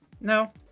No